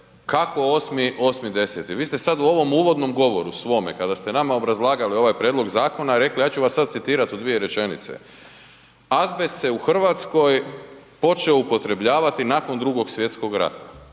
kako 8.10.? Vi ste sada u ovom uvodnom govoru svome kada ste nama obrazlagali ovaj prijedlog zakona, ja ću vas sada citirati u dvije rečenice „azbest se u Hrvatskoj počeo upotrebljavati nakon II. Svjetskog rata“